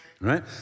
Right